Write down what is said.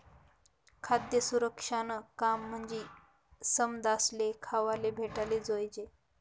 खाद्य सुरक्षानं काम म्हंजी समदासले खावाले भेटाले जोयजे